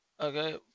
Okay